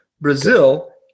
Brazil